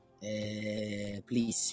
please